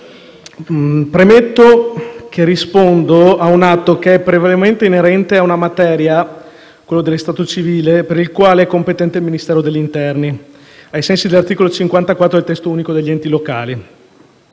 premetto che rispondo a un atto che è prevalentemente inerente a una materia, quella dello stato civile, per la quale è competente il Ministero dell'interno, ai sensi dell'articolo 54 del testo unico degli enti locali.